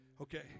Okay